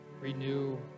Renew